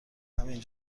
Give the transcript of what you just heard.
همین